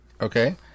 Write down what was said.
okay